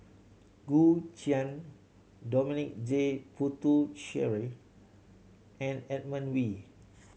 Gu Juan Dominic J Puthucheary and Edmund Wee